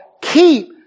keep